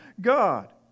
God